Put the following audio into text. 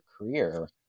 career